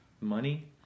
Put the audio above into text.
money